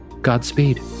Godspeed